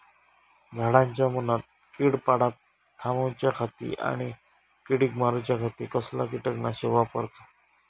झाडांच्या मूनात कीड पडाप थामाउच्या खाती आणि किडीक मारूच्याखाती कसला किटकनाशक वापराचा?